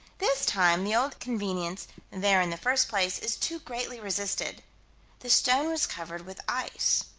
this time the old convenience there in the first place is too greatly resisted the stone was covered with ice.